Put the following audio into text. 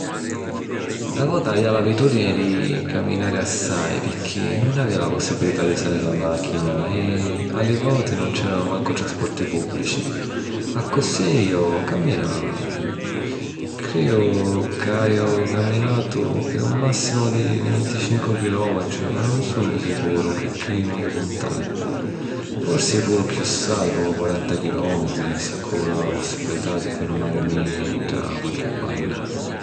Na vota avìa l’abitùdini di caminari assai, picchì nun avìa la pussibilità di usari la màchina e, a li voti, nun c’èranu mancu trasporti pùbblici. Accussì, jo caminava. Crìu ca haju caminatu pi un màssimu di vinticincu chilòmitri, ma nun sugnu sicuru, picchì nun li cuntai… Forsi puru chiù assai, comu quaranta chilòmitri, si cu la pussibilità di firmàrimi nta qualchi banna.